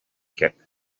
kick